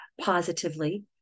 positively